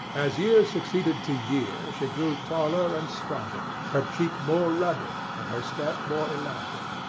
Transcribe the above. as year succeeded to year she grew taller and stronger, her cheek more rudy, and her step more elastic.